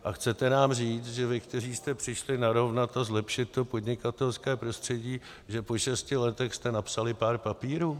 A chcete nám říct, že vy, kteří jste přišli narovnat a zlepšit to podnikatelské prostředí, že po šesti letech jste napsali pár papírů?